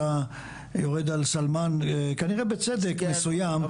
אתה יורד על סלמאן כנראה בצדק מסוים.